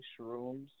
shrooms